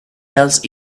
else